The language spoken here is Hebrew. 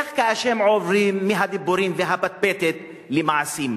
איך כאשר עוברים מהדיבורים והפטפטת למעשים?